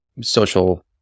social